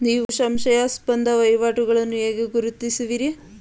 ನೀವು ಸಂಶಯಾಸ್ಪದ ವಹಿವಾಟುಗಳನ್ನು ಹೇಗೆ ಗುರುತಿಸುವಿರಿ?